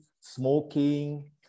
smoking